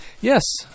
Yes